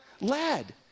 led